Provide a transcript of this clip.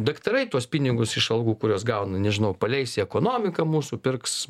daktarai tuos pinigus iš algų kuriuos gauna nežinau paleis į ekonomiką mūsų pirks